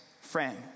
friend